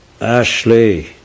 Ashley